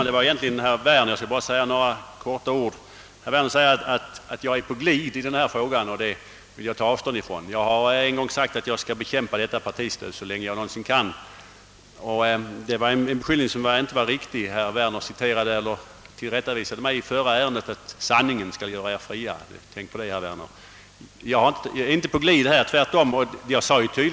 Herr talman! Jag vill säga några få ord till herr Werner. Herr Werner påstår att jag är på glid i den här frågan. Det vill jag ta avstånd från. Jag har en gång sagt att jag skall bekämpa detta partistöd så länge jag någonsin kan. Herr Werner tillrättavisade mig i det förra ärendet och sade: »Sanningen skall göra eder fria». Tänk på det, herr Werner! Det är inte en riktig skildring att säga att jag är på glid.